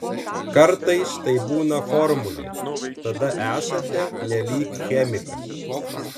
kartais tai būna formulė tada esate nelyg chemikas